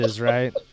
right